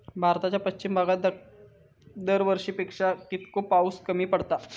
भारताच्या पश्चिम भागात दरवर्षी पेक्षा कीतको पाऊस कमी पडता?